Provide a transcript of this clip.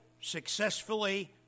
successfully